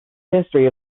history